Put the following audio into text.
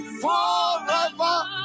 forever